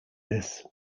this